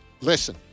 listen